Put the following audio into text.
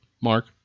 Mark